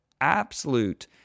absolute